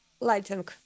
lighting